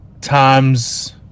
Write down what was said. Times